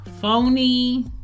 phony